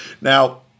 Now